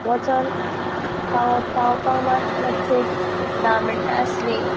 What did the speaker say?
वचोन फाव पावपाक मात मातशें धा मिनटां आसली